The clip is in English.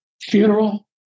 funeral